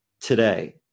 today